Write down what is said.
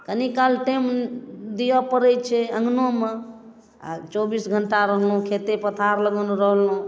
कनि काल टाइम दिऽ पड़ै छै अँगनोमे आओर चौबीस घण्टा रहलहुँ खेत पथार लग रहलहुँ